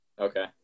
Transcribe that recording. okay